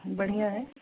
बढ़िया है